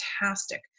fantastic